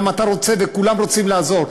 גם אתה רוצה, וכולם רוצים לעזור.